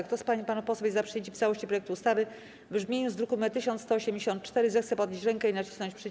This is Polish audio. Kto z pań i panów posłów jest za przyjęciem w całości projektu ustawy w brzmieniu z druku nr 1184, zechce podnieść rękę i nacisnąć przycisk.